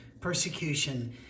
Persecution